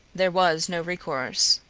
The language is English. there was no recourse.